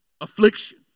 Affliction